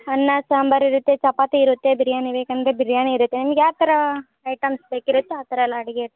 ಅನ್ನ ಸಾಂಬಾರ್ ಇರುತ್ತೆ ಚಪಾತಿ ಇರುತ್ತೆ ಬಿರ್ಯಾನಿ ಬೇಕಂದ್ರೆ ಬಿರ್ಯಾನಿ ಇರುತ್ತೆ ನಿಮ್ಗೆ ಯಾವ ಥರ ಐಟೆಮ್ಸ್ ಬೇಕಿರುತ್ತೆ ಆ ಥರ ಎಲ್ಲ ಅಡಿಗೆ